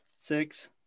six